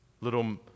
little